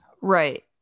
right